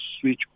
switch